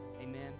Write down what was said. Amen